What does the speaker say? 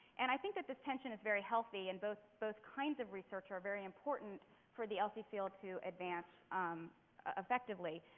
and i think that this tension is very healthy and both both kinds of researcher are very important to the lc field to advance affectively.